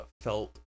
felt